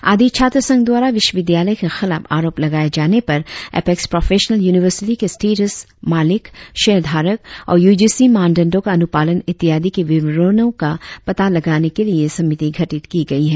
आदी छात्र संघ द्वारा विश्वविद्यालय के खिलाफ आरोप लगाए जाने पर अपेक्स प्रोफेशनल यूनिवर्सिटी के स्टेट्स मालिक शेयरधारक और यूजीसी मानदंडो का अनुपालन इत्यादि के विवरणों का पता लगाने के लिए यह समिति गठित की गई है